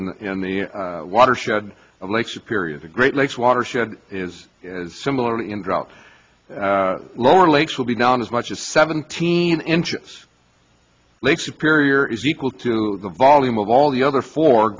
and the watershed of lake superior the great lakes watershed is similarly in drought lower lakes will be down as much as seventeen inches lake superior is equal to the volume of all the other four